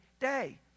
day